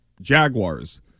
Jaguars